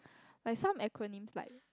like some acronyms like